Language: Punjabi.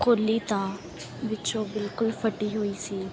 ਖੋਲ੍ਹੀ ਤਾਂ ਵਿੱਚੋਂ ਬਿਲਕੁਲ ਫਟੀ ਹੋਈ ਸੀ